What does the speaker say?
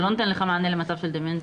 זה לא נותן לך מענה על מצב של דמנטיה.